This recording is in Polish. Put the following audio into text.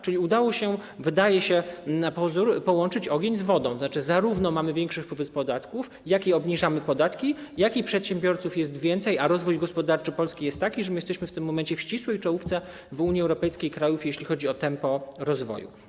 Czyli udało się, wydaje się, na pozór połączyć ogień z wodą, to znaczy, że zarówno mamy większe wpływy z podatków, jak i obniżamy podatki, jak i przedsiębiorców jest więcej, a rozwój gospodarczy Polski jest taki, że jesteśmy w tym momencie w ścisłej czołówce Unii Europejskiej krajów, jeśli chodzi o tempo rozwoju.